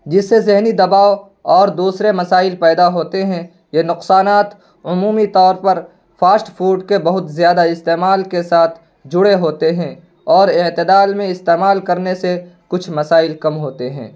جس سے ذہنی دباؤ اور دوسرے مسائل پیدا ہوتے ہیں یہ نقصانات عمومی طور پر فاسٹ فوڈ کے بہت زیادہ استعمال کے ساتھ جڑے ہوتے ہیں اور اعتدال میں استعمال کرنے سے کچھ مسائل کم ہوتے ہیں